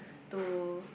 to